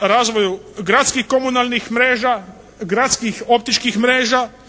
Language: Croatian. razvoju gradskih komunalnih mreža, gradskih optičkih mreža,